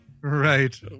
right